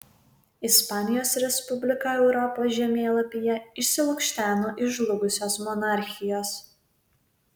ispanijos respublika europos žemėlapyje išsilukšteno iš žlugusios monarchijos